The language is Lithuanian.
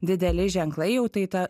dideli ženklai jau tai ta